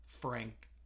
Frank